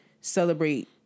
celebrate